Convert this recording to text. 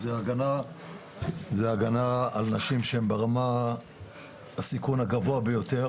זו הגנה על נשים שהן ברמת הסיכון הגבוה ביותר.